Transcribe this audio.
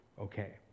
okay